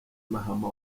mahama